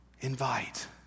Invite